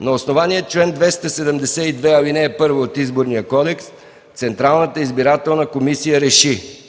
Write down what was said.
На основание чл. 272, ал. 1 от Изборния кодекс Централната избирателна комисия РЕШИ: